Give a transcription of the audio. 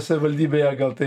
savivaldybėje gal tai